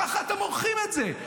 ככה אתם מורחים את זה,